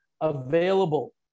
available